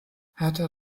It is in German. hertha